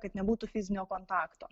kad nebūtų fizinio kontakto